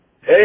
Hey